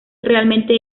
realmente